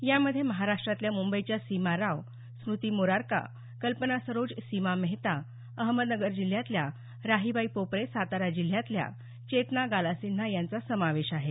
यामध्ये महाराष्ट्रातल्या मुंबईच्या सीमा राव स्मूती मोरारका कल्पना सरोज सीमा मेहता अहमदनगर जिल्ह्यातल्या राहीबाई पोपरे सातारा जिल्ह्यातल्या चेतना गाला सिन्हा यांचा समावेश आहे